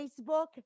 Facebook